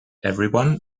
everyone